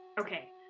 Okay